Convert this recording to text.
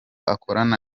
akorana